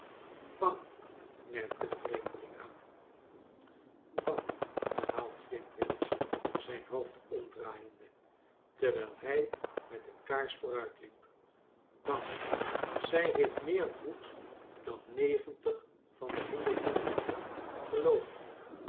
bang merkte de vreemdeling aan bang herhaalde flintwinch zijn hoofd omdraaiende terwijl hij met de kaars vooruitliep bang zij heeft meer moed dan negentig van de honderd mannen mijnheer geloof me